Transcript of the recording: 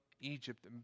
Egypt